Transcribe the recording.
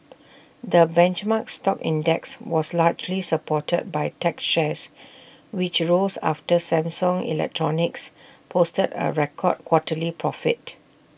the benchmark stock index was largely supported by tech shares which rose after Samsung electronics posted A record quarterly profit